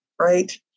right